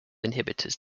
inhibitors